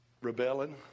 rebelling